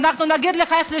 ואנחנו נגיד לך איך לשחזר.